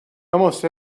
almost